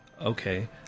Okay